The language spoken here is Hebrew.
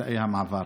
ותאי המעבר.